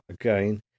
again